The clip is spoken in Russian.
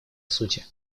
сути